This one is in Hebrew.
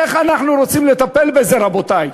איך אנחנו רוצים לטפל בזה, רבותי?